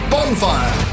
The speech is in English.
Bonfire